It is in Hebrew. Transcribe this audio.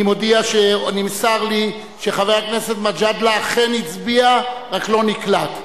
אני מודיע שנמסר לי שחבר הכנסת מג'אדלה אכן הצביע ורק לא נקלט.